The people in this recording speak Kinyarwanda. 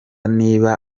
niba